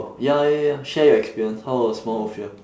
ya ya ya share your experience how was mount ophir